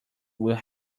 will